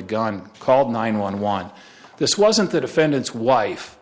a gun called nine one one this wasn't the defendant's wife